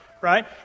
Right